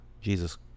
Jesus